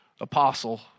apostle